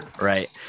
right